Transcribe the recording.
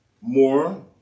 more